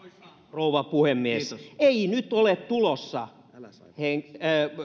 rouva puhemies ei nyt ole tulossa